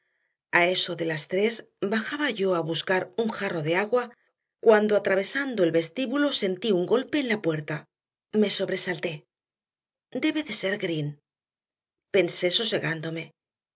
recursos a eso de las tres bajaba yo a buscar un jarro de agua cuando atravesando el vestíbulo sentí un golpe en la puerta me sobresalté debe de ser green pensé sosegándome